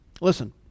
Listen